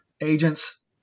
Agents